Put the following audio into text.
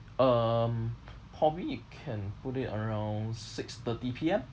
um probably you can put it around six thirty P_M